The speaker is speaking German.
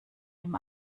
ihm